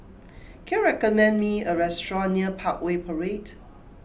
can you recommend me a restaurant near Parkway Parade